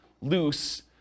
loose